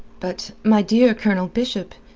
but, my dear colonel bishop,